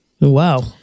Wow